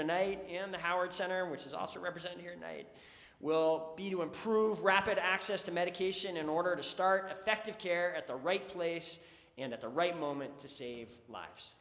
tonight in the howard center which is also represented here and i will be to improve rapid access to medication in order to start effective care at the right place and at the right moment to save lives